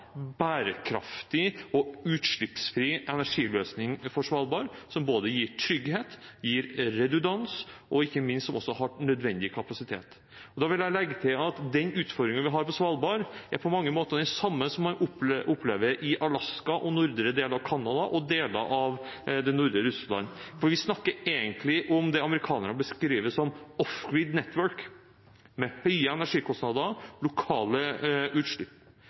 bærekraftig og utslippsfri energiløsning for Svalbard – som både gir trygghet, gir redundans og ikke minst også har nødvendig kapasitet. Jeg vil legge til at den utfordringen vi har på Svalbard, på mange måter er den samme som man opplever i Alaska, i nordre del av Canada og i deler av det nordre Russland. Vi snakker egentlig om det amerikanerne beskriver som «off grid network», med høye energikostnader og lokale utslipp.